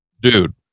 dude